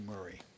Murray